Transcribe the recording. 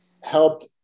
helped